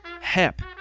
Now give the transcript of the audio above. HEP